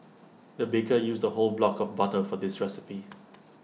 the baker used A whole block of butter for this recipe